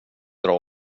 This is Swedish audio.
dra